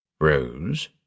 Rose